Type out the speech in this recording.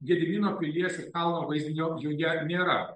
gedimino pilies ir kalno vaizdinio joje nėra